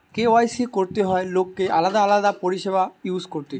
KYC করতে হয় লোককে আলাদা আলাদা পরিষেবা ইউজ করতে